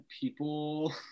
people